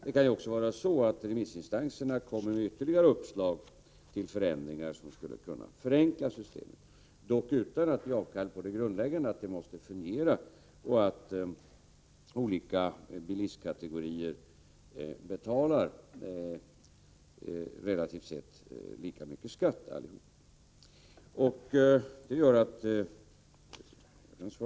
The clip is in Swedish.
Det kan också vara så att remissinstanserna kommer med ytterligare uppslag till förändringar som skulle kunna förenkla systemet, dock utan att man avstår från det grundläggande kravet på att det måste fungera och att olika bilistkategorier betalar relativt sett lika mycket skatt.